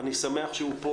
אני שמח שהוא פה.